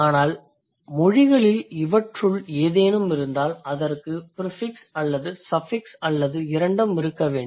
ஆனால் மொழிகளில் இவற்றுள் ஏதேனும் இருந்தால் அதற்கு ப்ரிஃபிக்ஸ் அல்லது சஃபிக்ஸ் அல்லது இரண்டும் இருக்க வேண்டும்